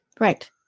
Right